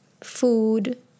food